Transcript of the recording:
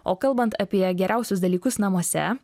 o kalbant apie geriausius dalykus namuose